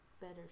better